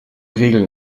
regeln